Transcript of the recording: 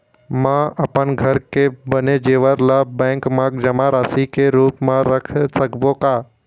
म अपन घर के बने जेवर ला बैंक म जमा राशि के रूप म रख सकबो का?